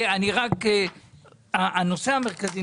גם אני ביקשתי זכות דיבור.